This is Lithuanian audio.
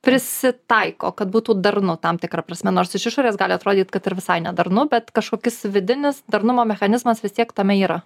prisitaiko kad būtų darnu tam tikra prasme nors iš išorės gali atrodyt kad ir visai ne darnu bet kažkokis vidinis darnumo mechanizmas vis tiek tame yra